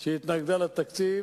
שהתנגדה לתקציב,